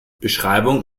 beschreibungen